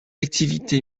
activité